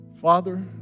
Father